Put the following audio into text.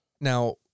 Now